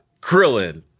Krillin